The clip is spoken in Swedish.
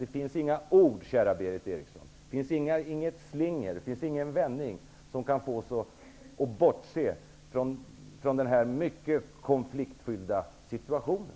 Det finns inga ord, kära Berith Eriksson, det finns inget slinger, ingen vändning som kan få oss att bortse från den mycket konfliktfyllda situationen.